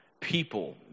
people